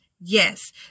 Yes